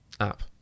app